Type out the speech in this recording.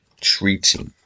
treaty